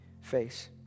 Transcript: face